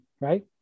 right